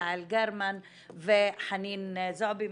יעל גרמן וחנין זועבי.